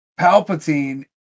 Palpatine